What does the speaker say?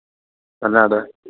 എന്നാണ് അത്